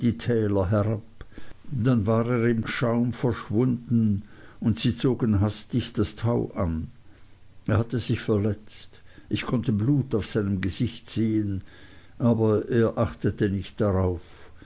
dann war er im schaum verschwunden und sie zogen hastig das tau an er hatte sich verletzt ich konnte blut auf seinem gesicht sehen aber er achtete nicht darauf